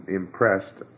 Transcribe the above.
impressed